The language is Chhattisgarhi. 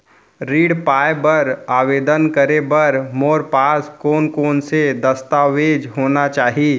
ऋण पाय बर आवेदन करे बर मोर पास कोन कोन से दस्तावेज होना चाही?